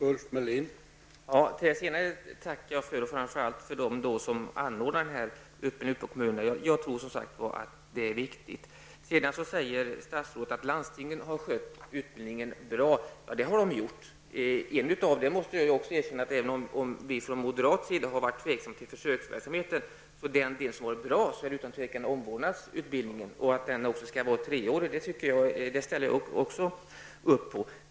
Herr talman! Det sista som statsrådet nämnde tackar jag för, framför allt å deras vägnar som anordnar denna utbildning i kommunerna. Jag tror att det är viktigt. Statsrådet sade att landstinget har skött utbildningen bra. Ja, det har de gjort. Från moderat sida har vi varit tveksamma till försöksverksamheten. Delen med omvårdnadsutbildning har dock utan tvivel varit bra. Jag ställer också upp på att den skall vara 3 årig.